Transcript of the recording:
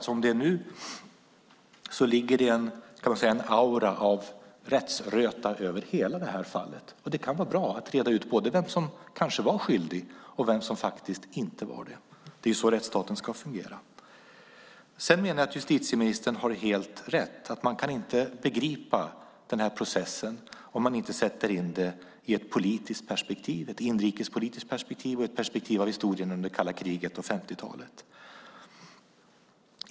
Som det är nu ligger det en aura av rättsröta över hela det här fallet. Det kan vara bra att reda ut vem som kanske var skyldig och vem som inte var det. Det är så rättsstaten ska fungera. Sedan menar jag att justitieministern har helt rätt. Man kan inte begripa processen om man inte sätter in den i ett inrikespolitiskt perspektiv och i ett perspektiv av kalla kriget på 50-talet.